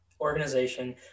organization